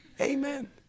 Amen